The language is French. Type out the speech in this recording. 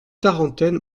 tarentaine